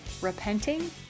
repenting